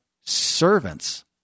servants